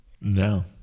No